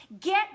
Get